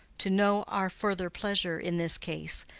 to know our farther pleasure in this case,